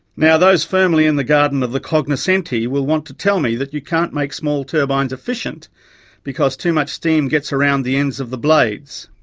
now, those firmly in the garden of the cognoscenti will want to tell me that you can't make small turbines efficient because too much steam gets around the ends of the blades.